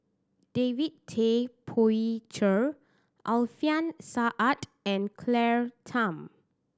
David Tay Poey Cher Alfian Sa'at and Claire Tham